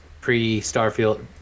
pre-Starfield